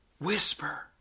Whisper